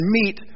meet